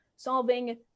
solving